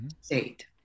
state